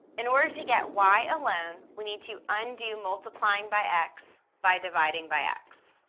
in order to get y alone, we need to undo multiplying by x by dividing by x.